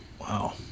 Wow